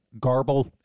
garble